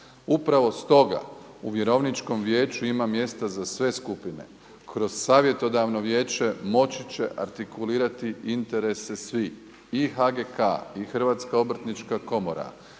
Upravo stoga u vjerovničkom vijeću ima mjesta za sve skupine. Kroz savjetodavno vijeće moći će artikulirati interese svih i HGK-a, i Hrvatska obrtnička komora,